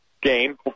game